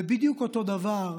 זה בדיוק אותו הדבר,